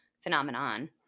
phenomenon